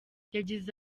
yagize